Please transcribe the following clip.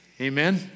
Amen